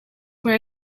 were